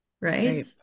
right